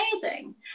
amazing